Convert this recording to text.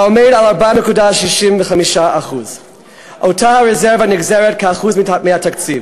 העומד על 4.65%. אותה הרזרבה נגזרת כאחוז מהתקציב,